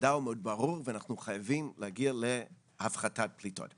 המדע הוא מאוד ברור ואנחנו חייבים להגיע להפחתת פליטות.